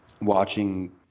watching